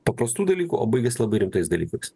paprastų dalykų o baigėsi labai rimtais dalykais